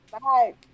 Bye